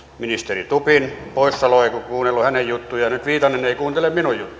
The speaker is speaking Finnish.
ministeri stubbin poissaoloa kun ei kuunnellut hänen juttujaan ja nyt viitanen ei kuuntele minun juttujani ja minä voin paheksua